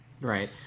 Right